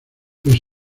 los